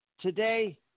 today